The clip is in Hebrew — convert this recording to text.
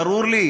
ברור לי,